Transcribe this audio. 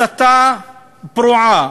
הסתה פרועה.